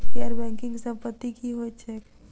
गैर बैंकिंग संपति की होइत छैक?